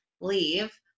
leave